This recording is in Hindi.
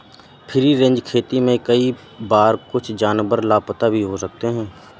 फ्री रेंज खेती में कई बार कुछ जानवर लापता भी हो सकते हैं